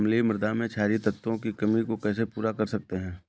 अम्लीय मृदा में क्षारीए तत्वों की कमी को कैसे पूरा कर सकते हैं?